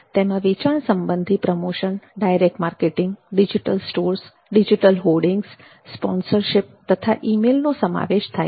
તેમાં વેચાણ સંબંધી promotion direct marketing digital stores digital hoardings sponsorship તથા ઈમેલ નો સમાવેશ થાય છે